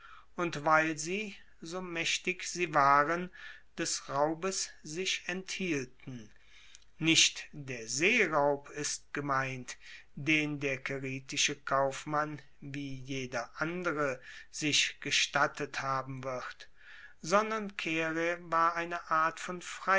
und weil sie so maechtig sie waren des raubes sich enthielten nicht der seeraub ist gemeint den der caeritische kaufmann wie jeder andere sich gestattet haben wird sondern caere war eine art von